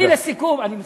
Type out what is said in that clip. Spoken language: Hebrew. אני מסיים.